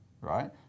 right